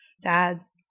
dads